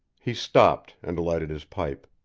he stopped and lighted his pipe.